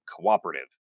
cooperative